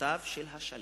הוצאותיו של השליט.